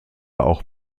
auch